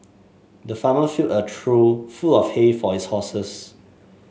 the farmer filled a trough full of hay for his horses